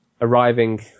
arriving